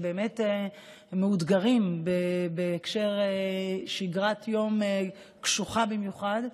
שהם באמת מאותגרים בהקשר של שגרת יום קשוחה במיוחד.